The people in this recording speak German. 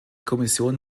kommission